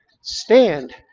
stand